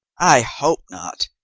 i hope not,